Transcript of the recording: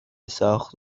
ساخت